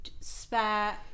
spare